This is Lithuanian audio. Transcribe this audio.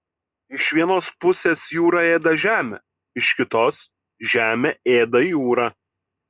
iš vienos pusės jūra ėda žemę iš kitos žemė ėda jūrą